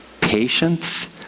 patience